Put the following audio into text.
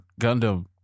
Gundam